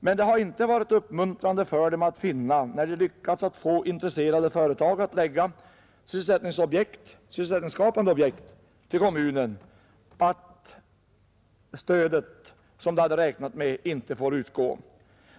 Men det har inte varit uppmuntrande för dem att finna, när de har lyckats få intresserade företag att lägga sysselsättningsskapande objekt till kommunen, att det stöd som kommunen har räknat med inte får utgå.